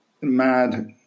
mad